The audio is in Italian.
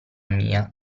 mia